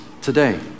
today